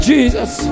Jesus